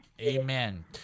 Amen